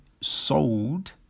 sold